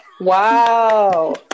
Wow